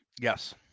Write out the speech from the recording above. Yes